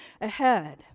ahead